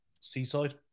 Seaside